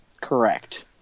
Correct